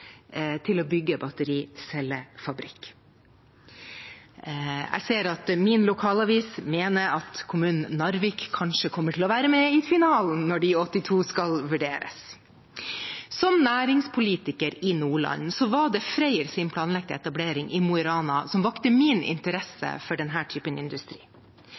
til å bygge battericellefabrikk. Jeg ser at min lokalavis mener at kommunen Narvik kanskje kommer til å være med i finalen når de 82 skal vurderes. Som næringspolitiker i Nordland var det FREYRs planlagte etablering i Mo i Rana som vakte min interesse for denne typen industri.